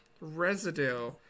residue